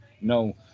no